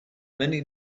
many